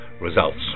results